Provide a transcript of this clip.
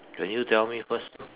can you tell me first